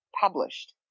published